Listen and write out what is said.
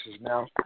now